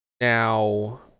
Now